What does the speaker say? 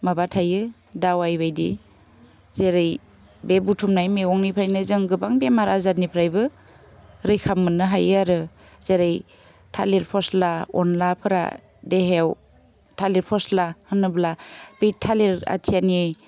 माबा थायो दावाइबायदि जेरै बे बुथुमनाय मेगंनिफ्रायनो जों गोबां बेमार आजारनिफ्रायबो रैखा मोननो हायो आरो जेरै थालिर फस्ला अनलाफ्रा देहायाव थालिर फस्ला होनोब्ला बै थालिर आथियानि